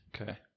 Okay